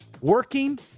working